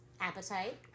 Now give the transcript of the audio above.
appetite